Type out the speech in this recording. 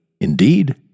Indeed